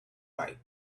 right